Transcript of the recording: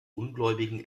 ungläubigen